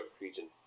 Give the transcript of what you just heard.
region